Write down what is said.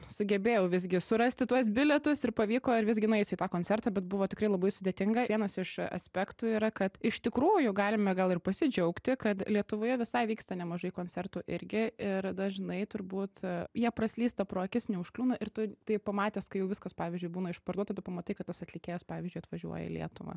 sugebėjau visgi surasti tuos bilietus ir pavyko ir visgi nueisiu į tą koncertą bet buvo tikrai labai sudėtinga vienas iš aspektų yra kad iš tikrųjų galime gal ir pasidžiaugti kad lietuvoje visai vyksta nemažai koncertų irgi ir dažnai turbūt jie praslysta pro akis neužkliūna ir tu tai pamatęs kai jau viskas pavyzdžiui būna išparduota tu pamatai kad tas atlikėjas pavyzdžiui atvažiuoja į lietuvą